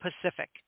Pacific